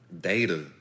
data